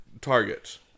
targets